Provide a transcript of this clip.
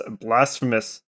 Blasphemous